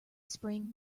spring